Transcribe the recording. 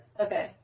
Okay